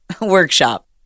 workshop